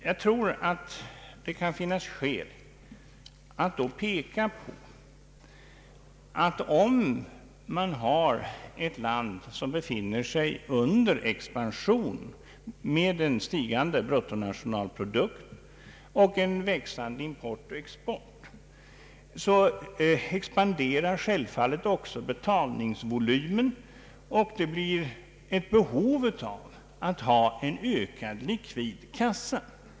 Jag tror att det då kan finnas skäl att peka på att om ett land befinner sig i expansion med en stigande bruttonationalprodukt och en växande import och export, expanderar självfallet också betalningsvolymen och det blir ett behov att ha en ökad likvid kassa.